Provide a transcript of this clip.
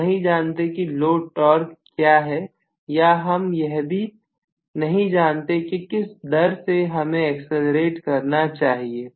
हम नहीं जानते कि लोड टॉर्क क्या है या हम यह भी नहीं जानते कि किस दर से हमें एक्सीलरेट करना चाहिए